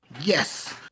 Yes